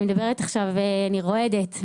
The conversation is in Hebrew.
אני מדברת עכשיו ואני רועדת,